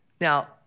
Now